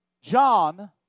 John